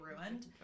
ruined